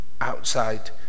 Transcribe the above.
outside